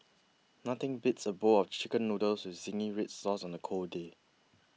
nothing beats a bowl of Chicken Noodles with Zingy Red Sauce on a cold day